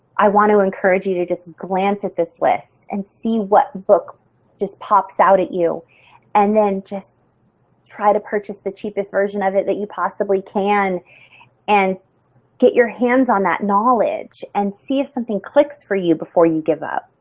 i want to encourage you to just glance at this list and see what book just pops out at you and then just try to purchase the cheapest version of it that you possibly can and get your hands on that knowledge and see if something clicks for you before you give up,